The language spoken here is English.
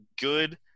good